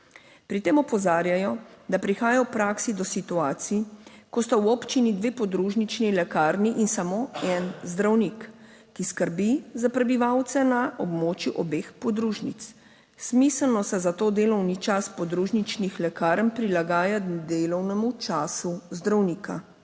Pri tem opozarjajo, da prihaja v praksi do situacij, ko sta v občini dve podružnični lekarni in samo en zdravnik, ki skrbi za prebivalce na območju obeh podružnic. Smiselno se zato delovni čas podružničnih lekarn prilagaja delovnemu času zdravnika.